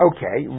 Okay